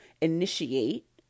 initiate